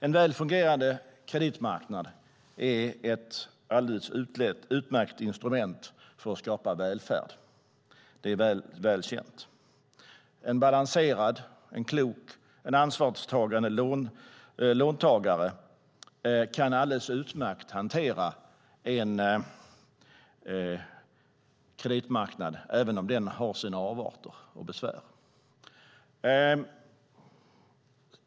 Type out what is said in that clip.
En väl fungerande kreditmarknad är ett alldeles utmärkt instrument för att skapa välfärd. Det är väl känt. En balanserad, klok och ansvarstagande låntagare kan alldeles utmärkt hantera en kreditmarknad - även om den har sina avarter och besvär.